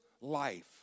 life